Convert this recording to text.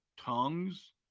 tongues